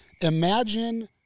Imagine